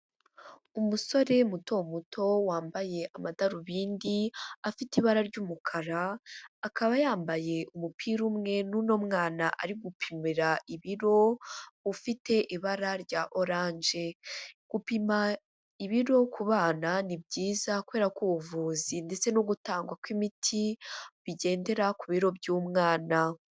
Umusore muto muto wambaye amadarubindi afite ibara ry'umukara, akaba yambaye umupira umwe n'uno mwana ari gupimira ibiro ufite ibara rya oranje. Gupima ibiro ku bana ni byiza kubera ko ubuvuzi ndetse no gutangwa kw'imiti bigendera ku biro by'umwana.